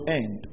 end